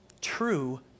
true